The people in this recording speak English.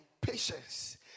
patience